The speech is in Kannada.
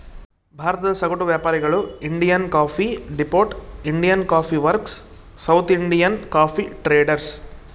ಭಾರತದ ಸಗಟು ವ್ಯಾಪಾರಿಗಳು Indian coffee depot, Indian coffee works, South Indian coffee traders